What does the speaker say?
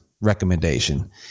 recommendation